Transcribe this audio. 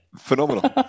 Phenomenal